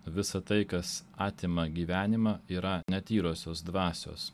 visa tai kas atima gyvenimą yra netyrosios dvasios